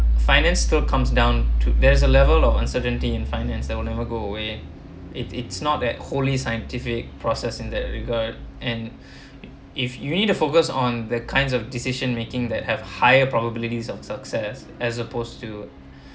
finance still comes down to there's a level of uncertainty in finance there will never go away if it's not that wholely scientific process in that regard and if you need to focus on the kinds of decision making that have higher probabilities of success as opposed to